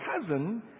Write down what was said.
cousin